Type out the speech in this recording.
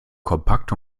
kompakt